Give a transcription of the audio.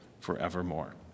forevermore